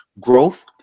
growth